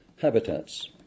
habitats